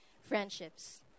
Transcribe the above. friendships